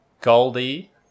Goldie